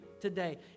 today